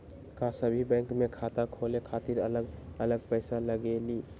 का सभी बैंक में खाता खोले खातीर अलग अलग पैसा लगेलि?